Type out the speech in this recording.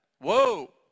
Whoa